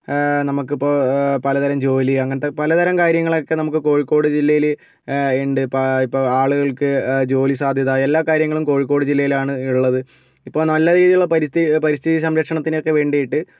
നമുക്കിപ്പോൾ പലതരം ജോലി അങ്ങനത്തെ പലതരം കാര്യങ്ങളൊക്കെ നമുക്ക് കോഴിക്കോട് ജില്ലയിൽ ഉണ്ട് ഇപ്പോൾ ഇപ്പോൾ ആളുകൾക്ക് ജോലി സാധ്യത എല്ലാ കാര്യങ്ങളും കോഴിക്കോട് ജില്ലയിലാണ് ഉള്ളത് ഇപ്പോൾ നല്ല രീതിയിലുള്ള പരിസ്ഥിതി സംരക്ഷണത്തിനൊക്കെ വേണ്ടിയിട്ട്